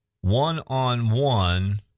one-on-one